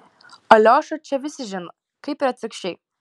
aliošą čia visi žino kaip ir atvirkščiai